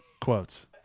Quotes